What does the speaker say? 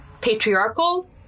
patriarchal